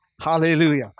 Hallelujah